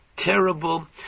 Terrible